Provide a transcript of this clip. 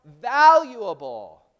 valuable